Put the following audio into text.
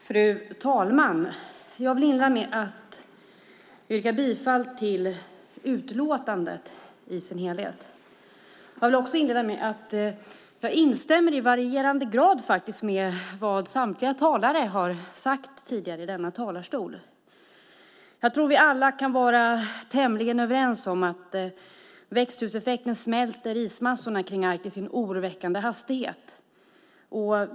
Fru talman! Jag yrkar bifall till förslaget i sin helhet. Jag instämmer i varierande grad med vad samtliga talare har sagt tidigare i denna talarstol. Jag tror att vi alla kan vara tämligen överens om att växthuseffekten smälter ismassorna kring Arktis i en oroväckande hastighet.